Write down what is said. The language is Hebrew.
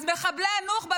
אז מחבלי הנוח'בה,